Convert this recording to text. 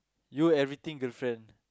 you everything girlfriend